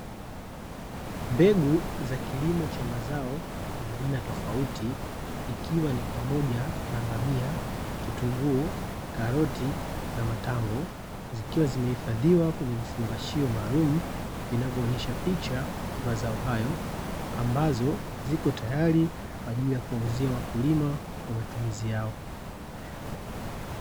Mbegu za kilimo cha mazao ya aina tofauti ikiwa ni pamoja na bamia, kitunguu, karoti na matango zikiwa zimehifadhiwa kwenye vifungashio maalumu, vinavyo onyesha picha ya mazao hayo ambazo ziko tayari kwaajili ya kuwauzia wakulima kwa matumizi yao.